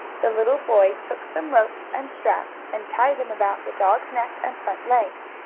the little boy took some ropes and straps, and tied them about the dog's neck and front legs.